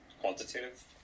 quantitative